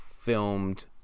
filmed